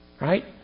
Right